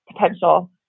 potential